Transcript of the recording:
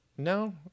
No